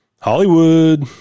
Hollywood